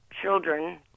children